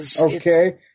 Okay